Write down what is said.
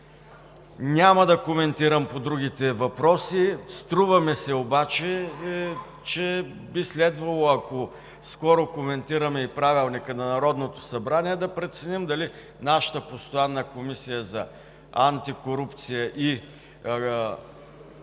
Няма да коментирам по другите въпроси. Струва ми се обаче, че би следвало, ако скоро коментираме и Правилника на Народното събрание, да преценим дали нашата постоянна Комисия за антикорупция и